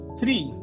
three